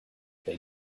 they